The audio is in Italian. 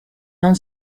non